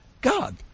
God